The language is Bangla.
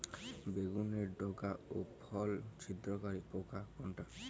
বেগুনের ডগা ও ফল ছিদ্রকারী পোকা কোনটা?